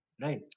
right